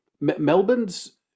Melbourne's